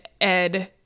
Ed